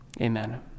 amen